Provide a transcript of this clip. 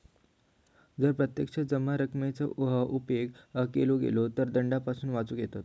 जर प्रत्यक्ष जमा रकमेचो उपेग केलो गेलो तर दंडापासून वाचुक येयत